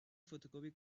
فتوکپی